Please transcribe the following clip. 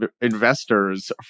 investors